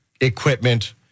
equipment